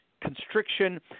constriction